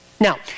Now